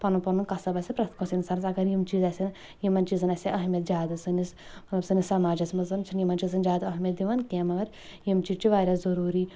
پنُن پنُن کسب آسہِ ہا پرٛٮ۪تھ کٲنٛسہِ انسانس اگر یِم چیٖز آسَن یِمن چیٖزن آسہِ ہا اہمیت زیادٕ سٲنس مطلب سٲنس سماجس منٛز چھِنہٕ یِمن جادٕ اہمیت دِوان کینٛہہ مگر یِم چیٖز چھِ واریاہ ضروٗری